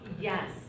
Yes